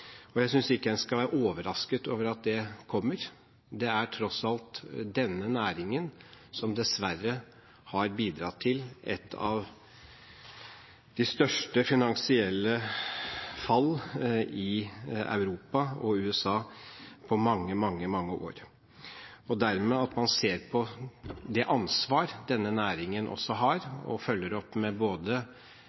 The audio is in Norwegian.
Jeg synes ikke en skal være overrasket over at det kommer – det er tross alt denne næringen som dessverre har bidratt til et av de største finansielle fall i Europa og USA på mange, mange år – og at man dermed ser på det ansvar denne næringen også har, og følger opp med både